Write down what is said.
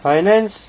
finance